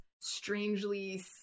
strangely